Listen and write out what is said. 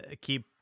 keep